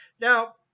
Now